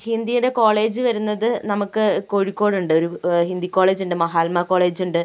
ഹിന്ദിയുടെ college വരുന്നത് നമുക്ക് കോഴിക്കോടുണ്ട് ഒരു ഹിന്ദി കോളേജുണ്ട് മഹാത്മാ കോളേജുണ്ട്